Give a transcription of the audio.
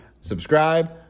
subscribe